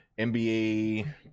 nba